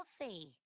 healthy